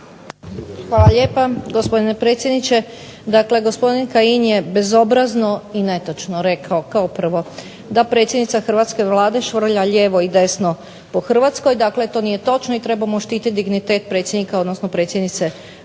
Hvala lijepa gospodine predsjedniče. Dakle, gospodin Kajin je bezobrazno i netočno rekao kao prvo da predsjednica hrvatske Vlade švrlja lijevo i desno po Hrvatskoj. Dakle, to nije točno i trebamo štititi dignitet predsjednika, odnosno predsjednice Vlade.